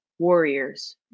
warriors